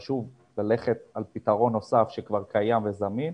חשוב ללכת על פתרון נוסף שכבר קיים וזמין.